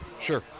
sure